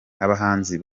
abahanzi